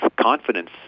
confidence